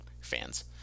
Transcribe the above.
fans